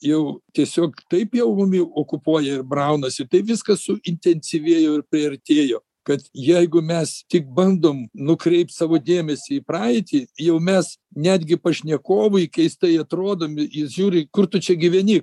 jau tiesiog taip jau mumi okupuoja ir braunasi taip viskas suintensyvėjo ir priartėjo kad jeigu mes tik bandom nukreipt savo dėmesį į praeitį jau mes netgi pašnekovui keistai atrodome jis žiūri kur tu čia gyveni